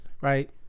right